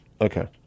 Okay